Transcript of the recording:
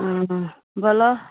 आबऽ बोलऽ